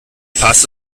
paz